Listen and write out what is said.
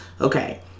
okay